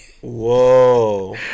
Whoa